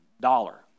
dollar